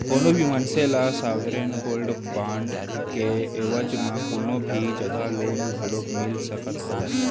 कोनो भी मनसे ल सॉवरेन गोल्ड बांड के एवज म कोनो भी जघा लोन घलोक मिल सकत हावय